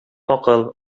акыл